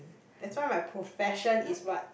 that's why my profession is what